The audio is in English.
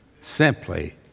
Simply